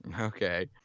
Okay